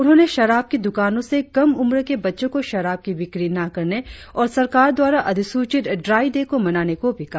उन्होंने शराब की दुकानों से कम उम्र के बच्चों को शराब की बिक्री न करने और सरकार द्वारा अधिसूचित ड्राई डे को मनाने को भी कहा